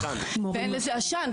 ואין לזה עשן,